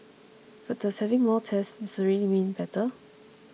but does having more tests necessarily mean better